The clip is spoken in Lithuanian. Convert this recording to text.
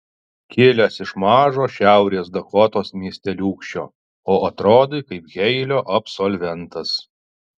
kilęs iš mažo šiaurės dakotos miesteliūkščio o atrodai kaip jeilio absolventas